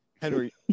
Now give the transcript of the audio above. Henry